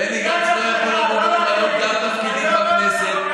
בני גנץ לא יכול לבוא ולמלא גם תפקידים בכנסת.